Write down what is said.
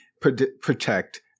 protect